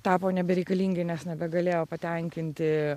tapo nebereikalingi nes nebegalėjo patenkinti